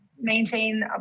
maintain